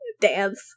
dance